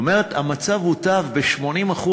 זאת אומרת, המצב הוטב ב-80%,